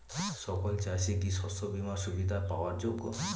সকল চাষি কি শস্য বিমার সুবিধা পাওয়ার যোগ্য?